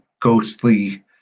ghostly